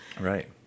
Right